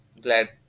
glad